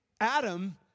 Adam